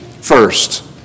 first